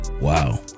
Wow